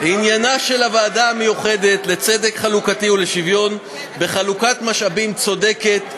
עניינה של הוועדה המיוחדת לצדק חלוקתי ולשוויון בחלוקת משאבים צודקת,